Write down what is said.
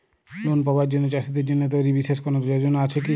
Loan পাবার জন্য চাষীদের জন্য তৈরি বিশেষ কোনো যোজনা আছে কি?